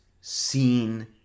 seen